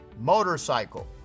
Motorcycle